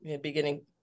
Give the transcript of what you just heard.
beginning